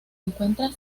encuentra